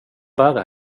bära